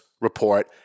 report